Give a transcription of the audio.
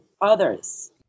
others